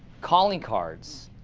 calling cards.